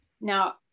now